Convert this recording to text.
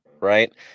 right